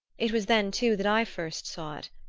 it was then too that i first saw it.